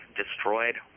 destroyed